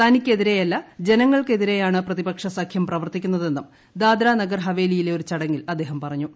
തനിക്ക് എതിരെയല്ല ജനങ്ങൾക്ക് എതിരെയാണ് പ്രതിപക്ഷ സഖ്യം പ്രവർത്തിക്കുന്നതെന്നും ദാദ്രനഗർ ഹവേലിയിലെ ഒരു ചടങ്ങിൽ അദ്ദേഹം പറഞ്ഞു